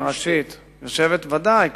ודאי.